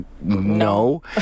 no